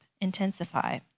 intensify